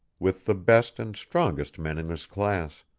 with the best and strongest men in his class,